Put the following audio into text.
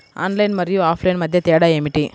Online మరియు offline మధ్య తేడా ఏమిటీ?